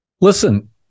Listen